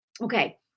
okay